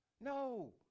No